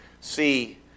see